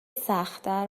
سختتر